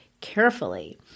carefully